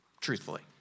truthfully